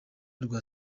rwa